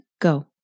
Go